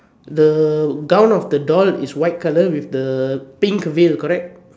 the gown of the doll is white color with the pink veil correct